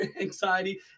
anxiety